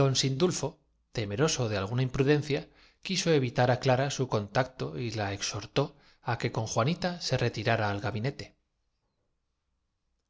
don sindulfo temeroso de alguna im prudencia quiso evitar á clara su contacto y la exhor tó á que con juanita se retirara al gabinete